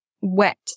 wet